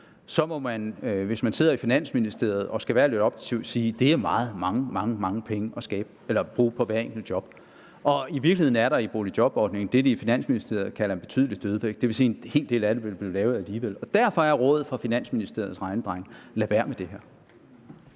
må man, hvis man sidder i Finansministeriet og skal være lidt objektiv, sige, at det er mange, mange penge at bruge på hvert enkelt job. I virkeligheden er der i boligjobordningen det, de i Finansministeriet kalder en betydelig dødvægt. Det vil sige, at en hel del af det ville blive lavet alligevel. Derfor er rådet fra Finansministeriets regnedrenge: Lad være med det her.